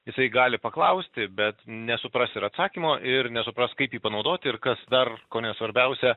jisai gali paklausti bet nesupras ir atsakymo ir nesupras kaip jį panaudoti ir kas dar kone svarbiausia